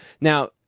Now